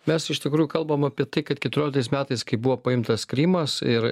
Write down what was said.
mes iš tikrųjų kalbam apie tai kad keturioliktais metais kai buvo paimtas krymas ir